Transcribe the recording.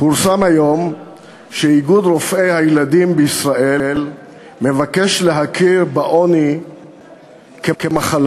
פורסם היום שאיגוד רופאי הילדים בישראל מבקש להכיר בעוני כמחלה.